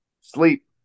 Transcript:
sleep